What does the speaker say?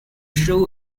show